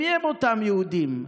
מיהם אותם יהודים?